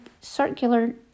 circular